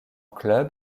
club